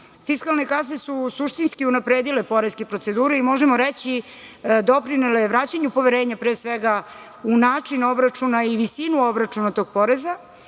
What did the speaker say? kasa. Fiskalne kase su suštinski unapredile poreske procedure i možemo reći doprinele vraćanju poverenja, pre svega, u način obračuna i visinu obračuna tog poreza,